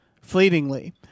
fleetingly